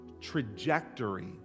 trajectory